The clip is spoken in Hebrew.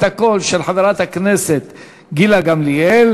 את הקול של חברת הכנסת גילה גמליאל.